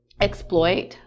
exploit